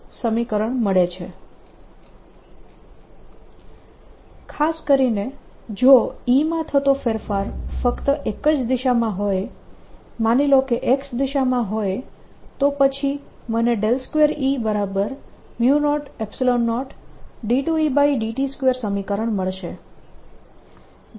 E 2E ∂t00E∂t 2E002Et2 ખાસ કરીને જો E માં થતો ફેરફાર ફક્ત એક જ દિશામાં હોય માની લો કે X દિશામાં હોય તો પછી મને 2E002Et2 સમીકરણ મળશે